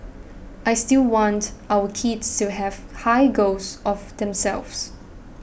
I still want our kids to have high goals of themselves